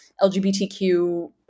LGBTQ